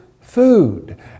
food